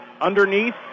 Underneath